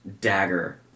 dagger